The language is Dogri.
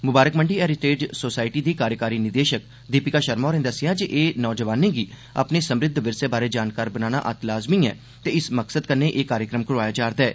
मुबारक मंडी हैरीटेज सोसायटी दी कार्यकारी निदेशक दीपिका शर्मा होरें दस्सेआ ऐ जे नौजवानें गी अपने समृद्ध विरसे बारै जानकार बनाना अत्त लाज़मी ऐ ते इस्सै मकसद कन्नै एह् कार्यक्रम करोआया जा' रदा ऐ